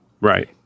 Right